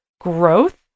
growth